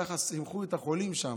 וככה שימחו את החולים שם.